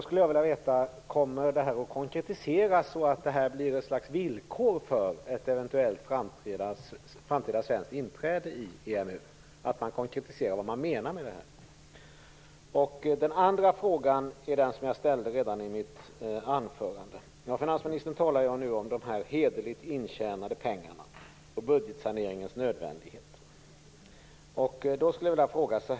Kommer det att konkretiseras, så att det blir ett slags villkor för ett eventuellt framtida svenskt inträde i EMU? Kommer man att konkretisera vad man menar med det här? Sedan har jag en fråga som jag ställde redan i mitt anförande. Finansministern talar nu om de hederligt intjänade pengarna och om budgetsaneringens nödvändighet.